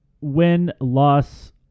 win-loss